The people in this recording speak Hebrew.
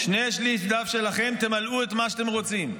שני-שליש דף שלכם, תמלאו מה שאתם רוצים".